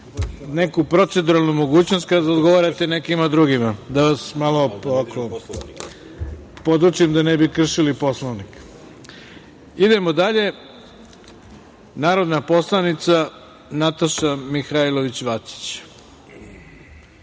neku proceduralnu mogućnost da odgovorite drugima. Da vas malo podučim, da ne bi kršili Poslovnik. Idemo dalje. Reč ima narodna poslanica Nataša Mihailović Vacić.